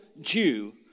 Jew